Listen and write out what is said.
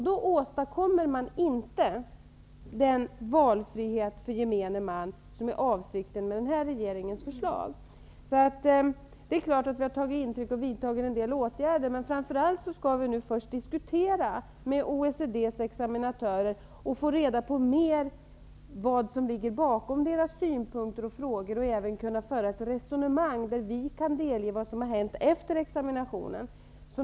Då åstadkommer man inte den valfrihet för gemene man som är avsikten med regeringens förslag. Det är klart att vi har tagit intryck och vidtagit en del åtgärder, men framför allt skall vi nu först diskutera med OECD:s examinatörer och få reda på mer om vad som ligger bakom deras synpunkter och frågor samt även föra ett resonemang, där vi kan delge vad som har hänt efter examinationen.